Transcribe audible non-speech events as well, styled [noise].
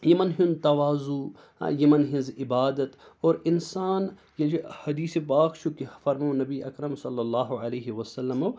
یِمن ہُنٛد توازوٗ یِمَن ہِنٛز عبادَت اور اِنسان [unintelligible] چھُ حدیثِ پاک چھُ کہِ فرمو نبی اکرم صلی اللہ علیہ وَسلَمو